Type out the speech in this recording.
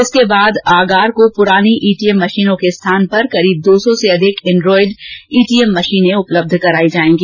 उसके बाद आगार को पुरानी ईटीएम मशीनों के स्थान पर करीब दो सौ से अधिक एंड्राइड ईटीएम मशीन उपलब्ध कराई जायेंगी